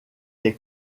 est